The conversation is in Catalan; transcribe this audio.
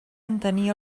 entenia